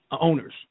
owners